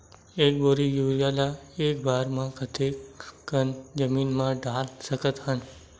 एक बोरी यूरिया ल एक बार म कते कन जमीन म डाल सकत हन?